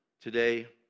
today